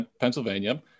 Pennsylvania